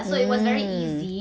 mm